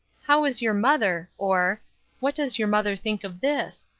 how is your mother? or what does your mother think of this?